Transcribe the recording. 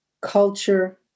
culture